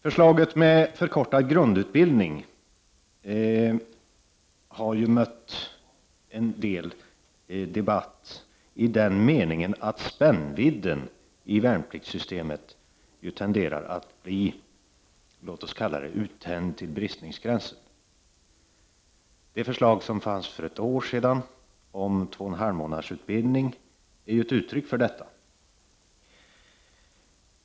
Förslaget om förkortad grundutbildning har mött en del debatt, i den meningen att spännvidden i värnpliktssystemet tenderar att bli uttänjt till bristningsgränsen. Det förslag som kom för ett år sedan om två och en halv månaders utbildning är ett uttryck för detta.